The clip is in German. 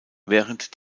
während